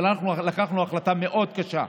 אבל קיבלנו החלטה מאוד קשה,